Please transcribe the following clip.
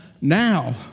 now